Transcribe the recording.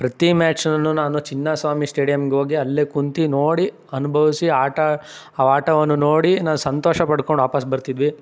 ಪ್ರತಿ ಮ್ಯಾಛ್ನು ನಾನು ಚಿನ್ನಸ್ವಾಮಿ ಸ್ಟೇಡಿಯಂಗೋಗಿ ಅಲ್ಲೇ ಕುಳ್ತಿ ನೋಡಿ ಅನುಭವ್ಸಿ ಆಟ ಆ ಆಟವನ್ನು ನೋಡಿ ನಾನು ಸಂತೋಷ ಪಡ್ಕೊಂಡು ವಾಪಸ್ ಬರ್ತಿದ್ವಿ